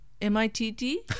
M-I-T-T